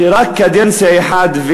שרק קדנציה אחת,